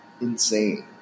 insane